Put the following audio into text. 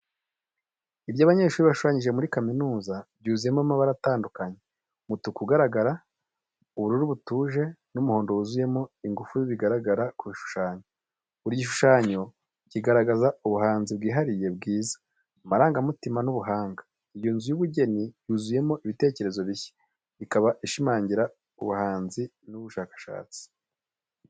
Ibyo abanyeshuri bashushanyije muri kaminuza byuzuyemo amabara atandukanye, umutuku ugaragara, ubururu butuje, n’umuhondo wuzuyemo ingufu bigaragara ku bishushanyo. Buri gishushanyo kigaragaza ubuhanzi bwihariye bwiza, amarangamutima, n’ubuhanga. Iyo nzu y’ubugeni yuzuyemo ibitekerezo bishya, ikaba ishimangira ubuhanzi n’ubushakashatsi.